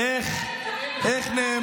איך?